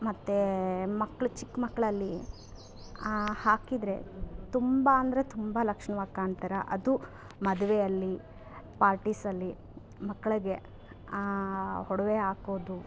ಮತ್ತು ಮಕ್ಕಳು ಚಿಕ್ಕ ಮಕ್ಕಳಲ್ಲಿ ಹಾಕಿದರೆ ತುಂಬ ಅಂದರೆ ತುಂಬ ಲಕ್ಷ್ಣವಾಗಿ ಕಾಣ್ತಾರೆ ಅದು ಮದುವೆಯಲ್ಲಿ ಪಾರ್ಟಿಸಲ್ಲಿ ಮಕ್ಕಳಿಗೆ ಒಡವೆ ಹಾಕೋದು